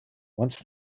once